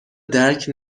درک